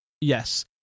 Yes